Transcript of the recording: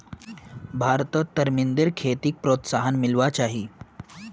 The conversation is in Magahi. भारतत तरमिंदेर खेतीक प्रोत्साहन मिलवा चाही